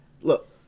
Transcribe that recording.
Look